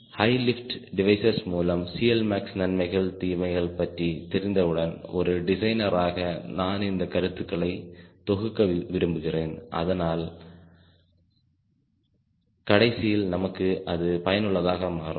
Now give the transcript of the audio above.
high lift devices மூலம் CLmaxநன்மைகள் தீமைகள் பற்றி தெரிந்தவுடன் ஒரு டிசைனராக நான் இந்த கருத்துக்களை தொகுக்க விரும்புகிறேன் அதனால் கடைசியில் நமக்கு அது பயனுள்ளதாக மாறும்